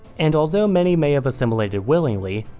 and although many may have assimilated willingly,